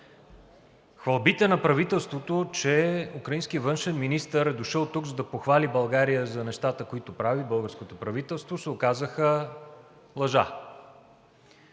Хвалбите на правителството, че украинският външен министър е дошъл тук, за да похвали България за нещата, които прави българското правителство, се оказаха лъжа.